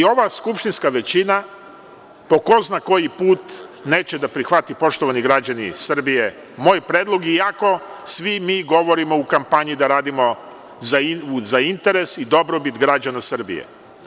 Ova skupštinska većina, po ko zna koji put, neće da prihvati, poštovani građani Srbije, moj predlog, iako svi mi govorimo u kampanji da radimo za interes i dobrobit građana Srbije.